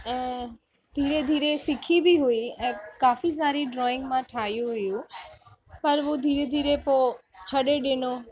ऐं धीरे धीरे सिखी बि हुई ऐं काफ़ी सारी ड्रॉइंग मां ठाही हुयूं पर हू धीरे धीरे पोइ छॾे ॾिनो